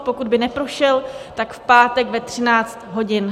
Pokud by neprošel, tak v pátek ve 13 hodin.